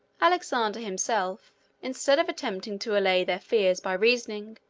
alexander himself, instead of attempting to allay their fears by reasoning,